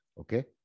Okay